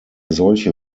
solche